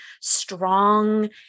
strong